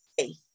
faith